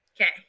Okay